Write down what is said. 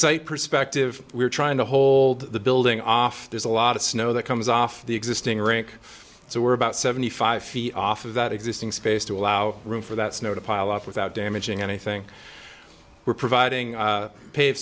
site perspective we're trying to hold the building off there's a lot of snow that comes off the existing rink so we're about seventy five feet off of that existing space to allow room for that snow to pile up without damaging anything we're providing